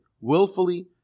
willfully